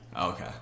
Okay